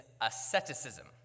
asceticism